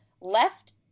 left